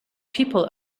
people